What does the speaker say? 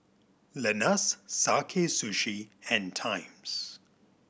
Lenas Sakae Sushi and Times